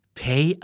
pay